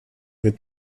wird